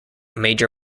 major